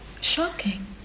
shocking